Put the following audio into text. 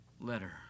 Letter